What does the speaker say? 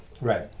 Right